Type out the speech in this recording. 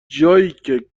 جاییکه